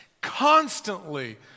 constantly